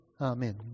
amen